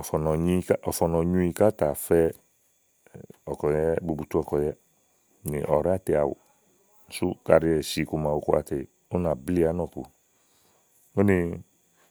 ɔ̀fɔ̀nɔ̀ nyiì ká tà fɛ bubutu ɔ̀kùɛ̀yɛ ni ɔ̀ɖátèe àwù sú kaɖi esi iku màa wu kɔà tè ù nà slíì ánɔ̀ku uni.